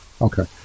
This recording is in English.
Okay